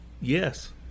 Yes